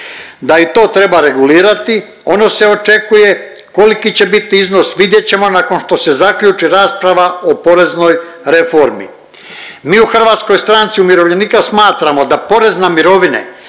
da i to treba regulirati, ono se očekuje. Koliki će biti iznos vidjet ćemo nakon što se zaključi rasprava o poreznoj reformi. Mi u HSU smatramo da porez na mirovine